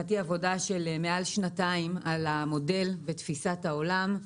מדובר בעבודה של מעל שנתיים על המודל ותפיסת העולם,